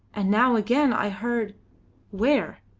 and now again i heard where?